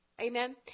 Amen